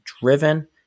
driven